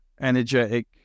energetic